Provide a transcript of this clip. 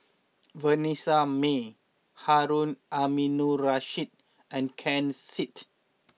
Vanessa Mae Harun Aminurrashid and Ken Seet